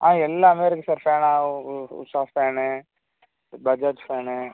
ஆ எல்லாமே இருக்கு சார் ஃபேனா உ உஷா ஃபேனு பஜாஜ் ஃபேனு